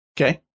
Okay